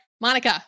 Monica